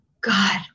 God